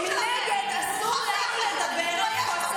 ומנגד אסור להם לדבר על חוסר